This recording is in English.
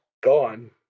gone